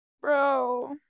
Bro